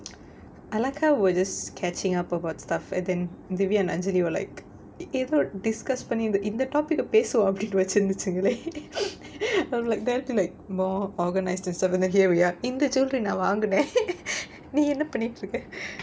I like how we were just catching up about stuff and then devia and anjali were like ஏதோ:etho discuss பண்ணி இந்த:panni intha topic ah பேசுவோம் அப்படின்னு வச்சி இருந்துச்சுங்களே:pesuvom appdinnu vachi irunduchungalae I'm like there to like more organise the stuff and then here we are இந்த:intha jewelry நான் வாங்குனேன்:naan vaangunaen நீ என்ன பண்ணிட்டு இருக்க:nee enna pannittu irukka